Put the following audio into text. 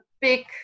big